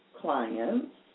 clients